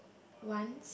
once